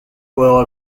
well